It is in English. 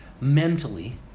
mentally